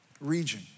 region